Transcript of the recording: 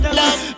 love